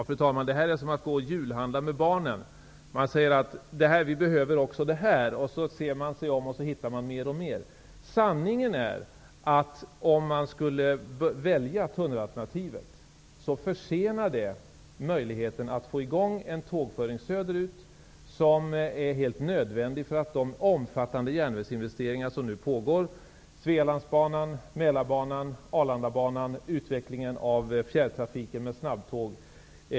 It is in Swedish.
Fru talman! Detta är som att gå och julhandla med barnen. Man säger: Vi behöver också det här. Sedan ser man sig om, och så hittar man mer och mer. Sanningen är, att om man skulle välja tunnelalternativet, försenar det möjligheten att få i gång en tågföring söderut som är helt nödvändig med tanke på de omfattande investeringar som nu pågår -- Svealandsbanan, Mälarbanan, Arlandabanan och utvecklingen av fjärrtrafiken med snabbtåg.